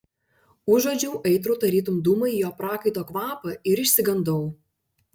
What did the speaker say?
užuodžiau aitrų tarytum dūmai jo prakaito kvapą ir išsigandau